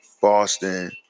Boston